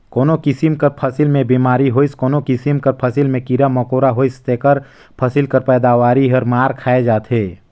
कोनो किसिम कर फसिल में बेमारी होइस कोनो किसिम कर फसिल में कीरा मकोरा होइस तेकर फसिल कर पएदावारी हर मार खाए जाथे